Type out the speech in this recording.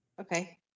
Okay